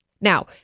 Now